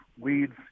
weeds